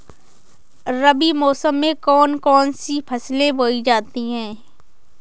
रबी मौसम में कौन कौन सी फसलें बोई जाती हैं?